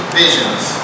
visions